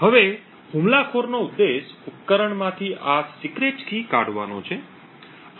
હવે હુમલાખોરનો ઉદ્દેશ ઉપકરણમાંથી આ ગુપ્ત કી કાઢવાનો છે